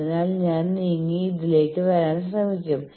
അതിനാൽ ഞാൻ നീങ്ങി ഇതിലേക്ക് വരാൻ ശ്രമിക്കും